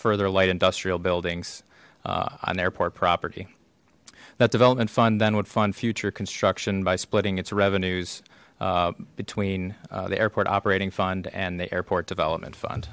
further light industrial buildings on the airport property that development fund then would fund future construction by splitting its revenues between the airport operating fund and the airport development